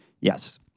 Yes